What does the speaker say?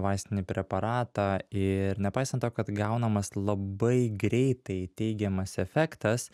vaistinį preparatą ir nepaisant to kad gaunamas labai greitai teigiamas efektas